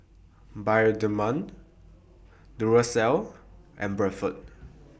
Bioderma Duracell and Bradford